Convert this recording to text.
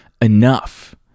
enough